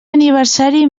aniversari